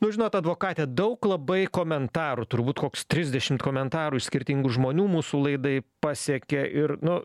nu žinot advokate daug labai komentarų turbūt koks trisdešimt komentarų iš skirtingų žmonių mūsų laidai pasiekė ir nu